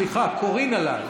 סליחה, קורין אלאל.